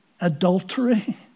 adultery